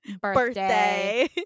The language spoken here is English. Birthday